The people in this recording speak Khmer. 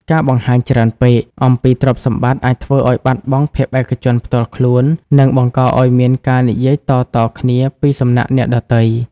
ការបង្ហាញច្រើនពេកអំពីទ្រព្យសម្បត្តិអាចធ្វើឱ្យបាត់បង់ភាពឯកជនផ្ទាល់ខ្លួន និងបង្កឱ្យមានការនិយាយតៗគ្នាពីសំណាក់អ្នកដទៃ។